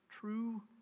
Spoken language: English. true